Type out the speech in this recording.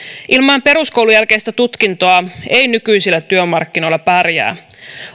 ilman peruskoulun jälkeistä tutkintoa ei nykyisillä työmarkkinoilla pärjää